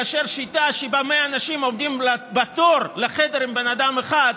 מאשר שיטה שבה 100 אנשים עומדים בתור לחדר עם בן אדם אחד,